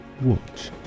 watch